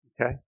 okay